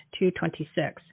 226